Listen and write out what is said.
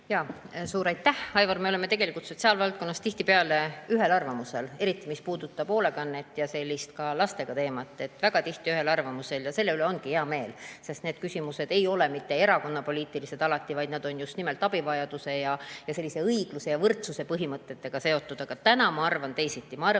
Suur aitäh, Aivar! Me oleme sotsiaalvaldkonnas tihtipeale ühel arvamusel, eriti mis puudutab hoolekannet ja ka lasteteemat. Väga tihti oleme ühel arvamusel ja selle üle on hea meel, sest need küsimused ei ole alati mitte erakonnapoliitilised, vaid nad on just nimelt abivajaduse ning sellise õigluse ja võrdsuse põhimõtetega seotud. Aga täna ma arvan teisiti. Eesti